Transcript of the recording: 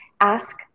ask